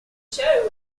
show